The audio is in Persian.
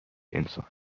انسان